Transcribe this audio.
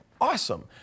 awesome